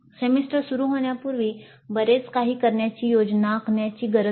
semester सुरू होण्यापूर्वी बरेच काही करण्याची योजना आखण्याची गरज आहे